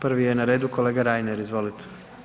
Prvi je na redu kolega Reiner, izvolite.